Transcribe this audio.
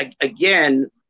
Again